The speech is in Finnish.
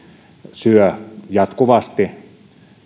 syö jatkuvasti